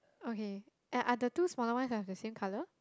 okay and are the two smaller ones are the same colour